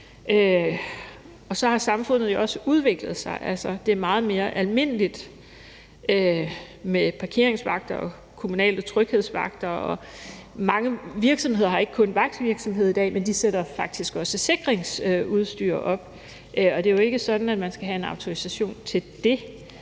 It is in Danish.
Så har samfundet jo også udviklet sig. Det er meget mere almindeligt med parkeringsvagter og kommunale tryghedsvagter, og mange virksomheder har ikke kun vagtvirksomhed i dag, man sætter faktisk også sikringsudstyr op. Og det er jo ikke sådan, at man skal have en autorisation til det,